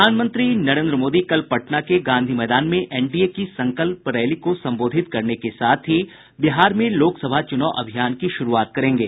प्रधानमंत्री नरेन्द्र मोदी कल पटना के गांधी मैदान में एनडीए की संकल्प रैली को संबोधित करने के साथ ही बिहार में लोकसभा चुनाव अभियान की शुरूआत करेंगे